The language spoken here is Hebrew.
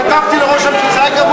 כתבתי לראש הממשלה,